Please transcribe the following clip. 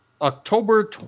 October